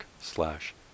slash